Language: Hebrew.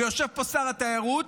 יושב פה שר התיירות,